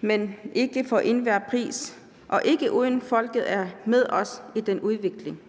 men ikke for enhver pris og ikke, uden at folket er med os i den udvikling.